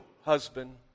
husband